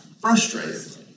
frustrated